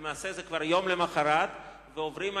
למעשה זה כבר יום המחרת ועוברים היומיים,